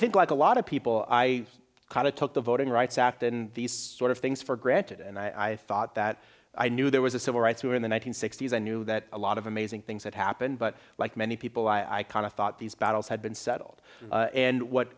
think like a lot of people i kind of took the voting rights act in these sort of things for granted and i thought that i knew there was a civil rights here in the one hundred sixty s i knew that a lot of amazing things that happened but like many people i i kind of thought these battles had been settled and what